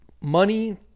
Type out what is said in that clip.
money